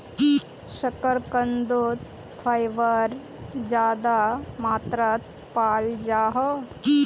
शकार्कंदोत फाइबर ज्यादा मात्रात पाल जाहा